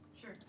sure